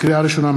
לקריאה ראשונה,